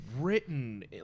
written